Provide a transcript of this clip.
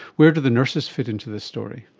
where do the nurses fit into this story?